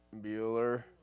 Bueller